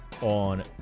on